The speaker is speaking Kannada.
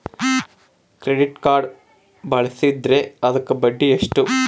ಕ್ರೆಡಿಟ್ ಕಾರ್ಡ್ ಬಳಸಿದ್ರೇ ಅದಕ್ಕ ಬಡ್ಡಿ ಎಷ್ಟು?